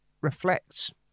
reflects